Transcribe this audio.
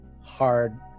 hard